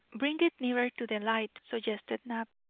bring it nearer to the light, suggested knapp,